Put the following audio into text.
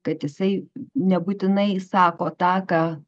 kad jisai nebūtinai sako tą ką